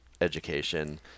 education